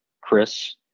Chris